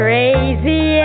Crazy